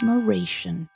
admiration